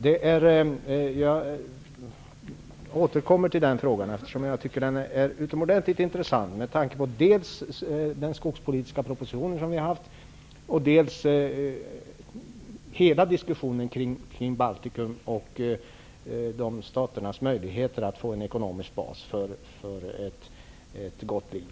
Jag återkommer till den frågan. Jag tycker att den är utomordentligt intressant, dels med tanke på den skogspolitiska proposition som har lagts fram, dels med tanke på hela diskussionen kring de baltiska staterna och deras möjligheter att få en ekonomisk bas för ett gott liv.